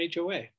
HOA